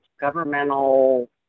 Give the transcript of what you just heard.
governmental